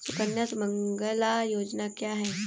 सुकन्या सुमंगला योजना क्या है?